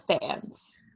fans